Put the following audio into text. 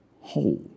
whole